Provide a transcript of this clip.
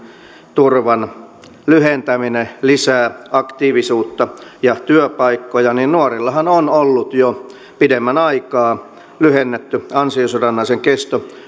turvan lyhentäminen lisää aktiivisuutta ja työpaikkoja että nuorillahan on ollut jo pidemmän aikaa sadalla päivällä lyhennetty ansiosidonnaisen kesto